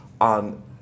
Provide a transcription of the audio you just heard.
on